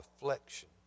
reflection